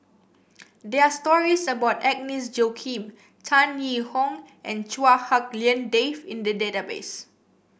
there are stories about Agnes Joaquim Tan Yee Hong and Chua Hak Lien Dave in the database